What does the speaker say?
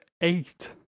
eight